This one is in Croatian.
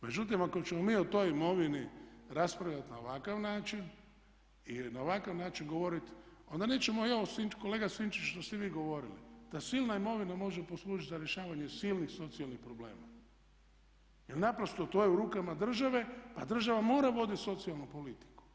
Međutim, ako ćemo mi o toj imovini raspravljati na ovakav način i na ovakav način govoriti onda nećemo ni ovo kolega Sinčiću što ste vi govorili, ta silna imovina može poslužiti za rješavanje silnih socijalnih problema jer naprosto to je u rukama države, pa država mora voditi socijalnu politiku.